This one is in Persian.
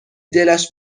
دلش